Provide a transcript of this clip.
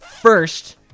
First